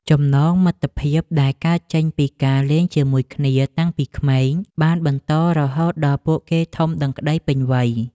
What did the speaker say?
ចំណងមិត្តភាពដែលកើតចេញពីការលេងជាមួយគ្នាតាំងពីក្មេង បានបន្តរហូតដល់ពួកគេធំដឹងក្តីពេញវ័យ។